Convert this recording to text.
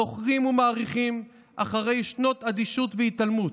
זוכרים ומעריכים אחרי שנות אדישות והתעלמות.